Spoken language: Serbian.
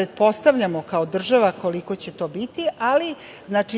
pretpostavljamo, kao država, koliko će to biti, ali